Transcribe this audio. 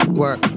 work